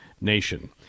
Nation